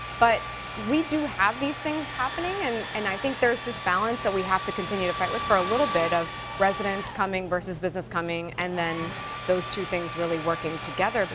but we do have these things happening and and i think there's this balance that we have to continue to fight with for a little bit of residents coming verses business coming, and then those two things really working together. but